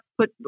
put